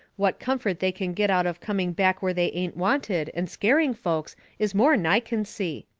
what comfort they can get out of coming back where they ain't wanted and scaring folks is more'n i can see.